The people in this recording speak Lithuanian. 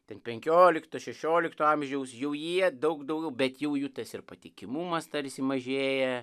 ten penkiolikto šešiolikto amžiaus jau jie daug daugiau bet jau jų tas ir patikimumas tarsi mažėja